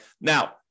now